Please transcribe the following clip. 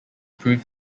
prove